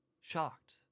shocked